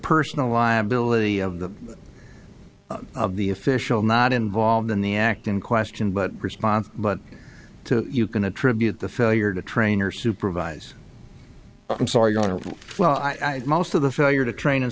personal liability of the of the official not involved in the act in question but response but to you can attribute the failure to train or supervise i'm sorry you are well i most of the failure to train